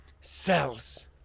cells